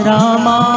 Rama